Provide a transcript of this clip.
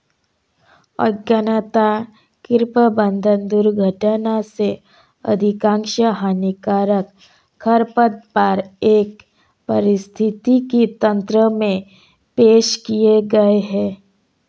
अज्ञानता, कुप्रबंधन, दुर्घटना से अधिकांश हानिकारक खरपतवार एक पारिस्थितिकी तंत्र में पेश किए गए हैं